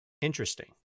Interesting